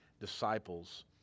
disciples